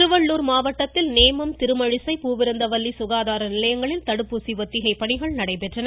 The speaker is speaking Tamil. திருவள்ளுர் மாவட்டத்தில் நேமம் திருமழிசை பூவிருந்தவல்லி சுகாதார நிலையங்களில் தடுப்பூசி ஒத்திகை பணிகள் நடைபெற்றன